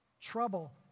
trouble